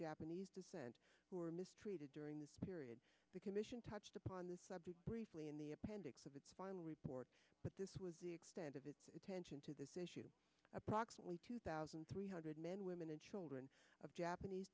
japanese descent were mistreated during the period to commission touched upon this briefly in the appendix of the final report but this was the extent of its attention to this issue approximately two thousand three hundred men women and children of japanese